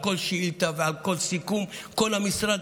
על כל שאילתה ועל כל סיכום, כל המשרד.